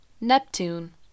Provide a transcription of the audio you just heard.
Neptune